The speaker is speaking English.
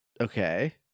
Okay